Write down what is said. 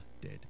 dead